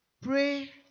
pray